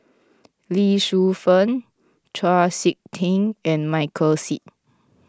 Lee Shu Fen Chau Sik Ting and Michael Seet